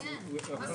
הישיבה